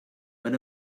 when